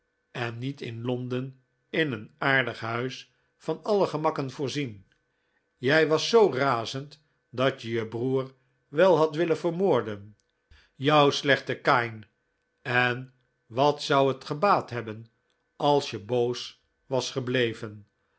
en niet in londen in een aardig huis van alle gemakken voorzien jij was zoo razend dat je je broer wel had willen vermoorden jou slechte kain en wat zou het gebaat hebben als je boos was gebleven